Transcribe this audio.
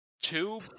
Two